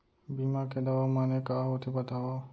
बीमा के दावा माने का होथे बतावव?